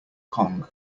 kong